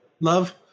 love